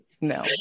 no